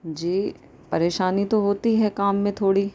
جی پریشانی تو ہوتی ہے کام میں تھوڑی